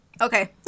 Okay